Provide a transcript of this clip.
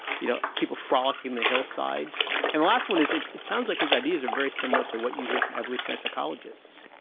you know, people frolicking the hillsides. and the last one is, it it sounds like his ideas are very similar to what you hear from evolutionary psychologists.